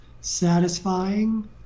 satisfying